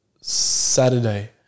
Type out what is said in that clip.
Saturday